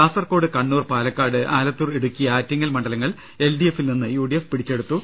കാസർകോട് കണ്ണൂർപാലക്കാട് ആലത്തൂർ ഇടുക്കി ആറ്റിങ്ങൽ മണ്ഡലങ്ങൾ L D എഫിൽ നിന്ന് യു ഡി എഫ് പിടിച്ചെടുത്തു